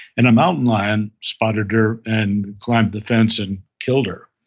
and a mountain lion spotted her and climbed the fence and killed her.